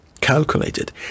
calculated